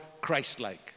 Christ-like